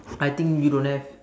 I think you don't have